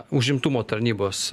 užimtumo tarnybos